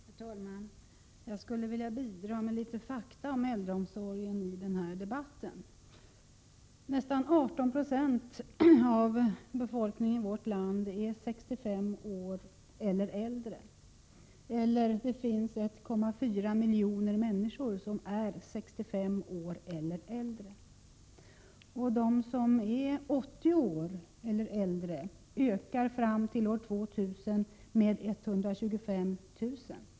Herr talman! Jag skulle vilja bidra med litet fakta om äldreomsorgen i denna debatt. Nästan 18 96 av befolkningen, eller 1,4 miljoner människor, i vårt land är 65 år eller äldre. Antalet människor som är över 80 år eller äldre ökar fram till år 2000 med 125 000.